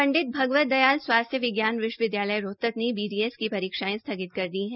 पंडित भगवत दयाल स्वास्थ्य विज्ञान विश्वविद्यालय रोहतक ने बीडीएस की परीक्षायें स्थगित कर दी है